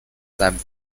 seinem